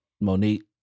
Monique